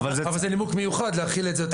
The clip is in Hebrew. אבל זה נימוק מיוחד להחיל את זה יותר מאוחר.